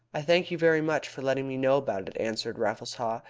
i thank you very much for letting me know about it, answered raffles haw,